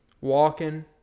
walking